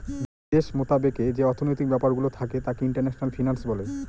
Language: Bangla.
বিদেশ মতাবেকে যে অর্থনৈতিক ব্যাপারগুলো থাকে তাকে ইন্টারন্যাশনাল ফিন্যান্স বলে